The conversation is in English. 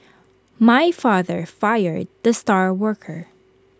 my father fired the star worker